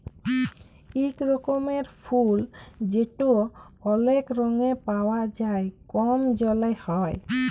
ইক রকমের ফুল যেট অলেক রঙে পাউয়া যায় কম জলে হ্যয়